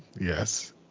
Yes